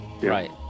Right